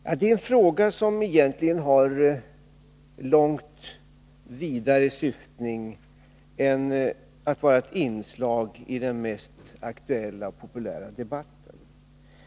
Men det är en fråga som egentligen har en långt vidare syftning än att vara ett inslag i den mest aktuella och populära debatten.